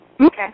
Okay